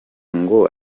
ngo